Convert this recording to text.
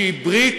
שהיא ברית